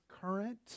current